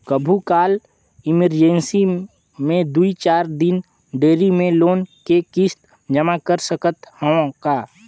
कभू काल इमरजेंसी मे दुई चार दिन देरी मे लोन के किस्त जमा कर सकत हवं का?